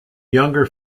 younger